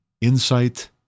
insight